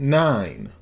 nine